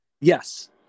yes